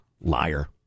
Liar